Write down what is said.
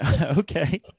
okay